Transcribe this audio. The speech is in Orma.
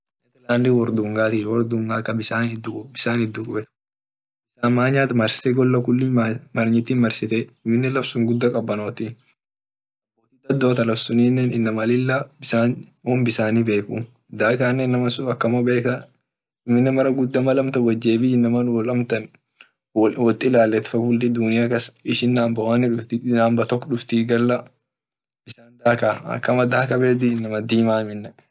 Wor kuune wor gungatii wor kuune bisaan idu kubetaa bisaan manya marsee aminen lafsun gudaa qaba notii inamasun inama lila dhakaa bekuu aminen mara guda inaman wot ilalet.